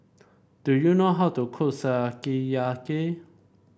do you know how to cook Sukiyaki